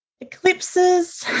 Eclipses